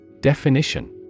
Definition